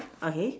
okay